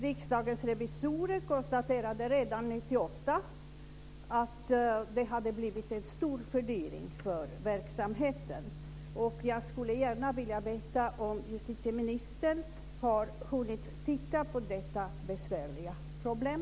Riksdagens revisorer konstaterade redan 1998 att det hade blivit en stor fördyring för verksamheten. Jag skulle gärna vilja veta om justitieministern har hunnit att titta på detta besvärliga problem.